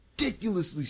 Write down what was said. ridiculously